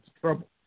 trouble